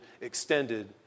extended